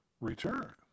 return